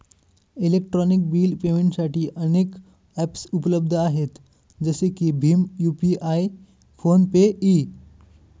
electronic bill पेमेंटसाठी अनेक ॲप्सउपलब्ध आहेत जसे की भीम यू.पि.आय फोन पे इ